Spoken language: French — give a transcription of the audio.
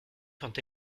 quand